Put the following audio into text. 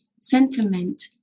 sentiment